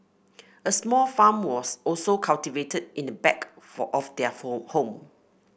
a small farm was also cultivated in the back for of their home